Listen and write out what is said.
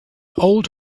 old